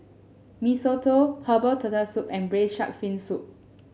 Mee Soto Herbal Turtle Soup and Braised Shark Fin Soup